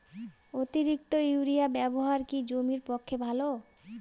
অতিরিক্ত ইউরিয়া ব্যবহার কি জমির পক্ষে ভালো?